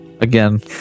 Again